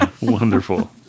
Wonderful